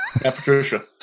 patricia